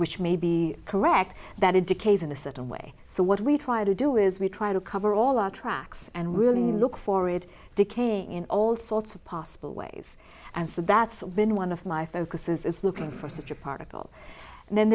which may be correct that it decays in a certain way so what we try to do is we try to cover all our tracks and really look for it decaying in all sorts of possible ways and so that's been one of my focuses is looking for such a particle and then